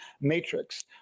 matrix